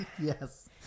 Yes